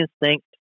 instinct